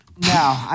No